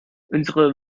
unsere